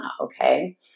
okay